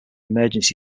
emergency